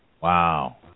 Wow